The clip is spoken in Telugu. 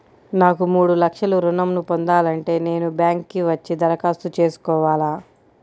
నాకు మూడు లక్షలు ఋణం ను పొందాలంటే నేను బ్యాంక్కి వచ్చి దరఖాస్తు చేసుకోవాలా?